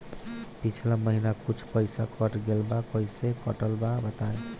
पिछला महीना कुछ पइसा कट गेल बा कहेला कटल बा बताईं?